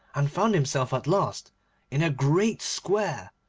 and found himself at last in a great square,